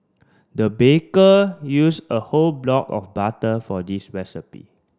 the baker used a whole block of butter for this recipe